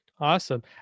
Awesome